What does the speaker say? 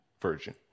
version